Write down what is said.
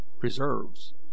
preserves